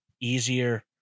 easier